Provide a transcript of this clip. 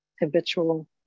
habitual